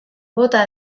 bota